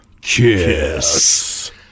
Kiss